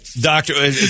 Doctor